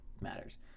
matters